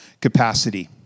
capacity